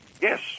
Yes